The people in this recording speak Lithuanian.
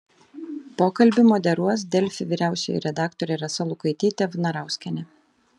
pokalbį moderuos delfi vyriausioji redaktorė rasa lukaitytė vnarauskienė